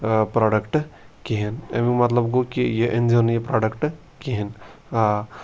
product کِہیٖنۍ اَمیُک مطلب گوٚو کہِ یہِ أنۍزیو نہٕ یہِ پرٛوڈَکٹ کِہیٖنۍ آ